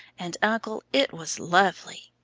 and, uncle, it was lovely!